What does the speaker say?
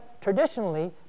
traditionally